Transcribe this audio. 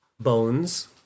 bones